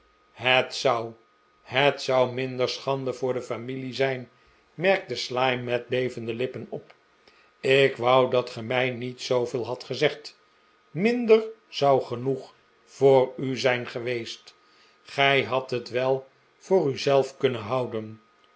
het zou het zou minder schande voor de familie zijn merkte slyme met bevende lippen op ik wou dat ge mij niet zooveel hadt gezegd minder zou genoeg voor u zijn geweest gij hadt het wel voor u zelf kunnen houden